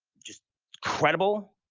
just incredible,